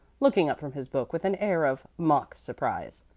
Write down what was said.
looking up from his book with an air of mock surprise.